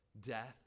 death